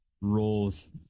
roles